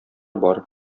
бар